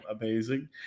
amazing